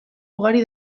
ugari